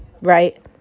right